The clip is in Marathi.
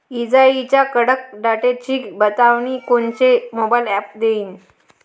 इजाइच्या कडकडाटाची बतावनी कोनचे मोबाईल ॲप देईन?